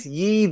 ye